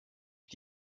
ich